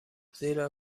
زیرا